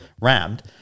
rammed